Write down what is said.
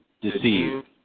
deceived